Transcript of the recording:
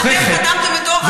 אז מה עם ארדואן, השר אקוניס?